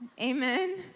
Amen